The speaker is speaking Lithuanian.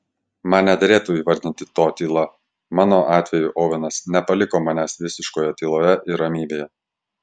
man nederėtų įvardinti to tyla mano atveju ovenas nepaliko manęs visiškoje tyloje ir ramybėje